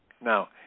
Now